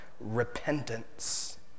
repentance